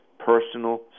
personal